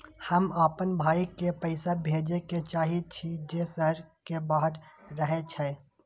हम आपन भाई के पैसा भेजे के चाहि छी जे शहर के बाहर रहे छै